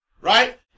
Right